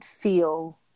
feel